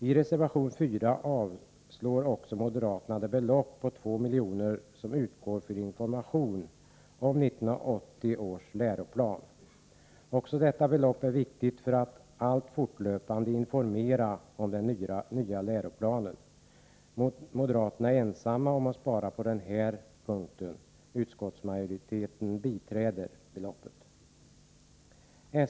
I reservation 4 yrkar moderaterna att det anslag med 2 milj.kr. som utgår för informationen om 1980 års läroplan skall avskaffas. Detta anslag är emellertid betydelsefullt för att man fortlöpande skall kunna informera om den nya läroplanen. Moderaterna är ensamma om att vilja spara på den här punkten. Utskottsmajoriteten tillstyrker anslaget.